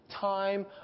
time